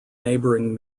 neighbouring